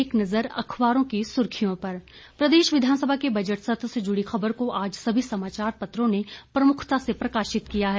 एक नज़र अखबारों की सुर्खियों पर प्रदेश विधानसभा के बजट सत्र से जुड़ी खबर को आज सभी समाचार पत्रों ने प्रमुखता से प्रकाशित किया है